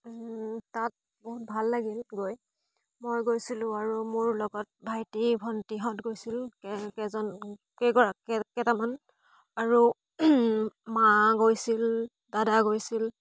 তাত বহুত ভাল লাগিল গৈ মই গৈছিলোঁ আৰু মোৰ লগত ভাইটি ভণ্টিহঁত গৈছিল কে কেইজন কেইগৰাক কে কেইটামান আৰু মা গৈছিল দাদা গৈছিল